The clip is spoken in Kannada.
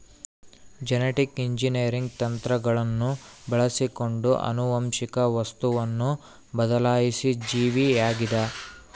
ಜೆನೆಟಿಕ್ ಇಂಜಿನಿಯರಿಂಗ್ ತಂತ್ರಗಳನ್ನು ಬಳಸಿಕೊಂಡು ಆನುವಂಶಿಕ ವಸ್ತುವನ್ನು ಬದಲಾಯಿಸಿದ ಜೀವಿಯಾಗಿದ